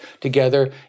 together